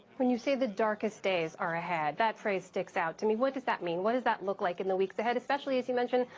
when you say the darkest days are ahead, that phrase sticks out to me. what does that mean? what does that look like in the weeks ahead, especially, as you mentioned,